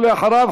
ואחריו,